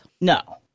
No